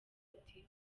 ati